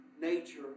nature